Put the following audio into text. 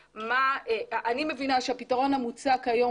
אני מבינה שהפתרון המוצע כיום,